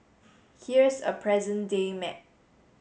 here's a present day map